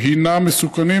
שהם מסוכנים,